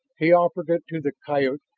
he offered it to the coyote,